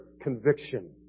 conviction